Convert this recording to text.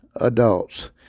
adults